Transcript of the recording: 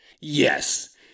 Yes